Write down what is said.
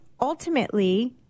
ultimately